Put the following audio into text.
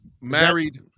married